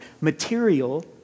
material